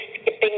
skipping